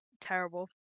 terrible